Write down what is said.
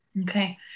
Okay